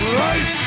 right